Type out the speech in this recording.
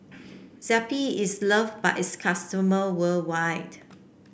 Zappy is loved by its customer worldwide